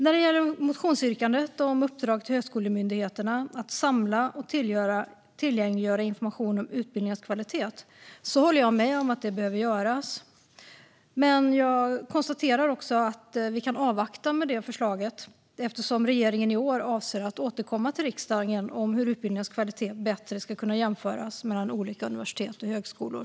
När det gäller motionsyrkandet om uppdrag till högskolemyndigheterna att samla och tillgängliggöra information om utbildningars kvalitet håller jag med om att det behöver göras. Men jag konstaterar också att vi kan avvakta med det förslaget eftersom regeringen i år avser att återkomma till riksdagen om hur utbildningars kvalitet bättre ska kunna jämföras mellan olika universitet och högskolor.